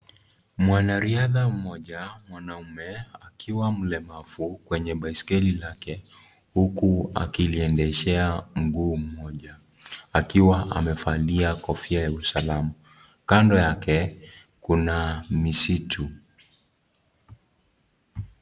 Mwanariadha mmoja mwanaume akiwa mlemavu kwenye baiskeli lake huku akiliendeshea mguu mmoja akiwa amevalia kofia ya usalama . Kando yake kuna misitu.